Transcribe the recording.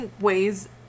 ways